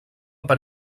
per